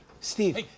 Steve